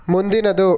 ಮುಂದಿನದು